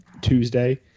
Tuesday